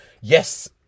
yes